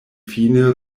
fine